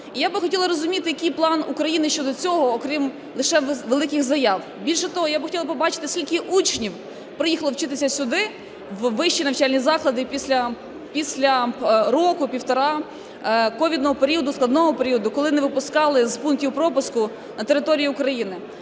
я би хотіла розуміти, який план України щодо цього, окрім лише великих заяв. Більше того, я би хотіла побачити, скільки учнів приїхали вчитися сюди в вищі навчальні заклади після року-півтора ковідного періоду, складного періоду, коли не випускали з пунктів пропуску на території України.